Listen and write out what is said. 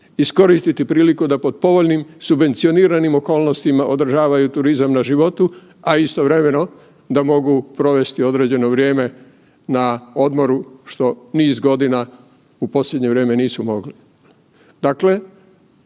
iskoristiti priliku da pod povoljnim subvencioniranim okolnostima održavaju turizam na životu, a istovremeno da mogu provesti određeno vrijeme na odmoru što niz godina u posljednje vrijeme nisu mogli.